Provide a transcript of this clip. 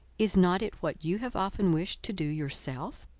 is not it what you have often wished to do yourself?